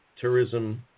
tourism